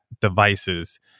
devices